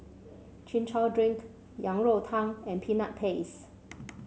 Chin Chow Drink Yang Rou Tang and Peanut Paste